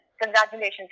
Congratulations